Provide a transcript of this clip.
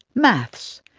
maths,